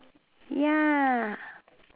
ya